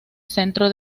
centro